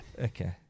Okay